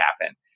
happen